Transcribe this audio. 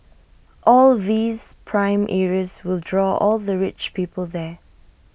all these prime areas will draw all the rich people there